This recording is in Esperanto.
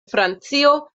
francio